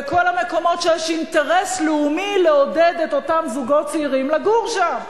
בכל המקומות שיש אינטרס לאומי לעודד את אותם זוגות צעירים לגור שם.